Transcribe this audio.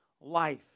life